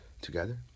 together